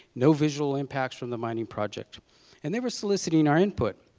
no visual impacts from the mining project and they were soliciting our input.